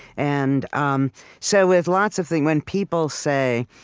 and um so with lots of things when people say,